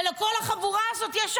ולכל החבורה הזאת יש אחריות,